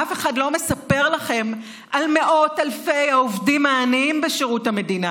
אף אחד לא מספר לכם על מאות אלפי העובדים העניים בשירות המדינה.